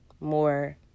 more